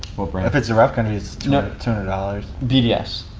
what brand? if it's a rough country, it's two and dollars. bds.